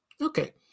Okay